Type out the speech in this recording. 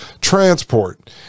transport